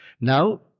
Now